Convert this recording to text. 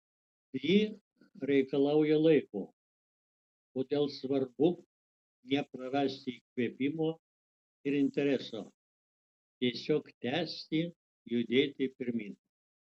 ji reikalauja laiko todėl svarbu neprarasti įkvėpimo ir intereso tiesiog tęsti judėti pirmyn